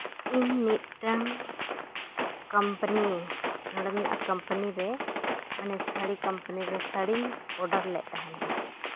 ᱤᱧ ᱢᱤᱫᱴᱟᱝ ᱠᱳᱢᱯᱟᱱᱤ ᱱᱚᱰᱮᱱᱟᱜ ᱠᱳᱢᱯᱟᱱᱤ ᱨᱮ ᱢᱟᱱᱮ ᱥᱟᱹᱲᱤ ᱠᱳᱢᱯᱟᱱᱤ ᱨᱮ ᱥᱟᱹᱲᱤᱧ ᱚᱰᱟᱨ ᱞᱮᱫ ᱛᱟᱦᱮᱱᱟ